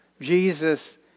Jesus